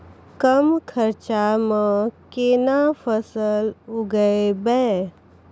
कम खर्चा म केना फसल उगैबै?